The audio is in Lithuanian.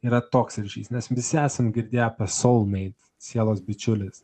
yra toks ryšys nes visi esam girdėję apie sol meit sielos bičiulis